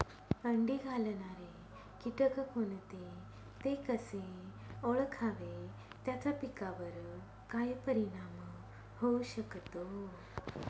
अंडी घालणारे किटक कोणते, ते कसे ओळखावे त्याचा पिकावर काय परिणाम होऊ शकतो?